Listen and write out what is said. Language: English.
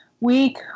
week